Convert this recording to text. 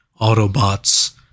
Autobots